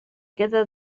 queda